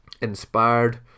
inspired